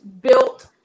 built